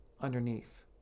underneath